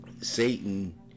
Satan